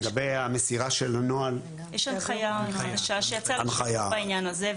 יש הנחייה חדשה שיצאה בדיוק בעניין הזה,